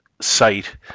site